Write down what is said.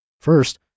First